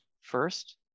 first